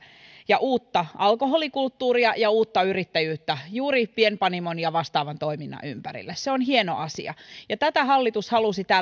ja uutta alkoholikulttuuria ja uutta yrittäjyyttä juuri pienpanimo ja vastaavan toiminnan ympärille se on hieno asia ja tätä hallitus halusi